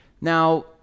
Now